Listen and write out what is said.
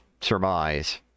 surmise